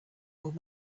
old